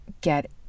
get